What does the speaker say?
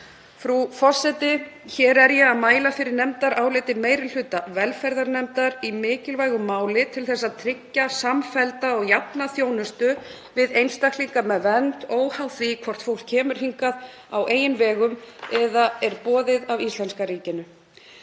Frú forseti. Hér er ég að mæla fyrir nefndaráliti meiri hluta velferðarnefndar í mikilvægu máli til að tryggja samfellda og jafna þjónustu við einstaklinga með vernd óháð því hvort fólk kemur hingað á eigin vegum eða er boðið af íslenska ríkinu.